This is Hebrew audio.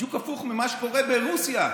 בדיוק הפוך ממה שקורה ברוסיה.